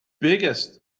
biggest